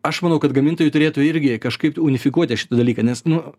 aš manau kad gamintojai turėtų irgi kažkaip unifikuoti šitą dalyką nes nu